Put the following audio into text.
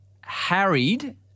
harried